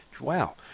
Wow